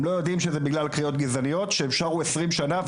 הם לא יודעים שזה בגלל קריאות גזעניות שהם שרו עשרים שנה,